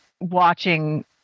watching